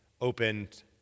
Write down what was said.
opened